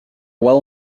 well